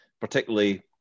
Particularly